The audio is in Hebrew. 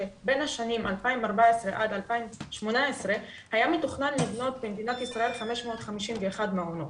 שבין השנים 2014 עד 2018 היה מתוכנן לבנות במדינת ישראל 551 מעונות.